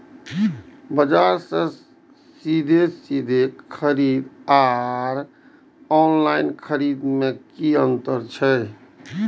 बजार से सीधे सीधे खरीद आर ऑनलाइन खरीद में की अंतर छै?